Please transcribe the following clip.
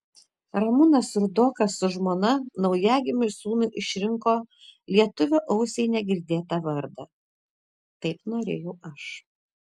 ramūnas rudokas su žmona naujagimiui sūnui išrinko lietuvio ausiai negirdėtą vardą taip norėjau aš